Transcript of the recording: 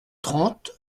trente